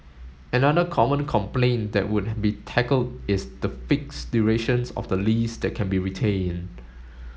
another common complaint that would be tackled is the fixed durations of the lease that can be retained